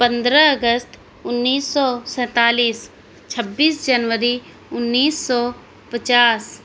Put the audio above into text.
پندرہ اگست انیس سو سینتالیس چھبیس جنوری انیس سو پچاس